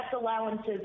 allowances